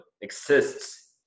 exists